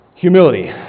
Humility